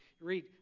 read